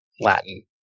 Latin